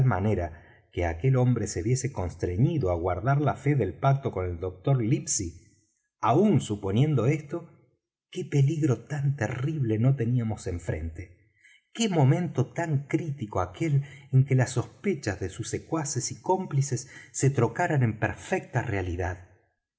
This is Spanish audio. manera que aquel hombre se viese constreñido á guardar la fe del pacto con el doctor livesey aun suponiendo esto qué peligro tan terrible no teníamos en frente qué momento tan crítico aquel en que las sospechas de sus secuaces y cómplices se trocaran en perfecta realidad